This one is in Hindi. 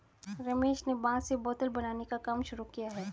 रमेश ने बांस से बोतल बनाने का काम शुरू किया है